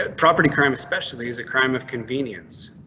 ah property crime, especially is a crime of convenience.